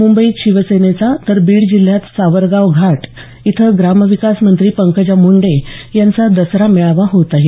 मुंबईत शिवसेनेचा तर बीड जिल्ह्यात सावरगाव घाट इथं ग्रामविकास मंत्री पंकजा म्रंडे यांचा दसरा मेळावा होत आहे